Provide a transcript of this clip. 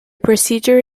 procedure